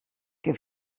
que